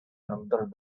another